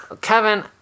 Kevin